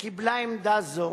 קיבלה עמדה זו,